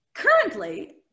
Currently